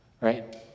right